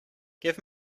give